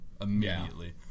Immediately